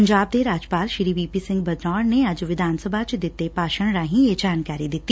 ਪੰਜਾਬ ਦੇ ਰਾਜਪਾਲ V P Singh Badnore ਨੇ ਅੱਜ ਵਿਧਾਨ ਸਭਾ ਚ ਦਿੱਤੇ ਭਾਸ਼ਣ ਰਾਹੀ ਇਹ ਜਾਣਕਾਰੀ ਦਿੱਤੀ